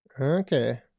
okay